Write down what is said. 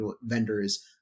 vendors